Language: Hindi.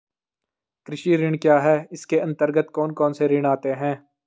कृषि ऋण क्या है इसके अन्तर्गत कौन कौनसे ऋण आते हैं?